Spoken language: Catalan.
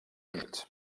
units